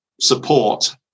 support